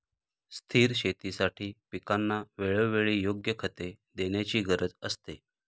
स्थिर शेतीसाठी पिकांना वेळोवेळी योग्य खते देण्याची गरज असते